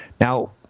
Now